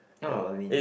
not really